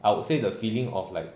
I would say the feeling of like